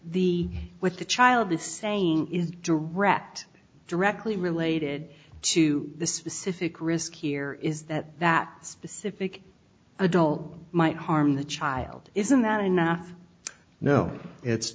the with the child the saying is direct directly related to the specific risk here is that that specific adult might harm the child isn't that enough no it's